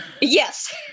Yes